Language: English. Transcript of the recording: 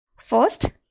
First